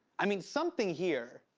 i mean, something here